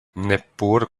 neppur